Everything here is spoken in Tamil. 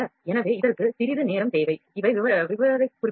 எனவே இதற்கு சிறிது நேரம் தேவை இவை விவரக்குறிப்புகள்